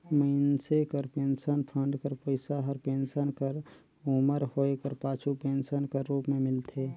मइनसे कर pension fund कर पइसा हर पेंसन कर उमर होए कर पाछू पेंसन कर रूप में मिलथे